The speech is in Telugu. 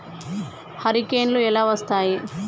హరికేన్లు ఎలా వస్తాయి?